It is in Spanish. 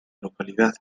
localidad